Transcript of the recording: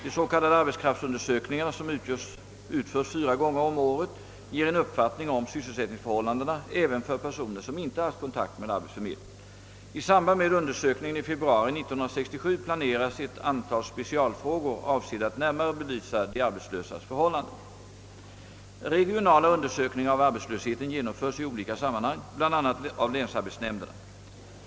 De s.k. arbetskraftsundersökningarna, som utförs fyra gånger om året, ger en uppfattning om sysselsättningsförhållandena även för personer som inte haft kontakt med arbetsförmedlingen. I samband med undersökningen i februari 1967 planeras ett antal specialfrågor avsedda att närmare belysa de arbetslösas förhållanden. Regionala undersökningar av arbetslösheten genomförs i olika sammanhang bl.a. av länsarbetsnämnderna.